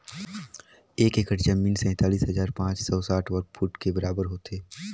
एक एकड़ जमीन तैंतालीस हजार पांच सौ साठ वर्ग फुट के बराबर होथे